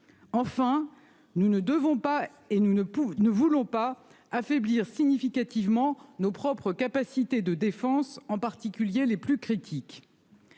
Enfin, nous ne devons pas et nous ne pouvons nous ne voulons pas affaiblir significativement nos propres capacités de défense en particulier les plus critiques.